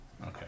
Okay